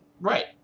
right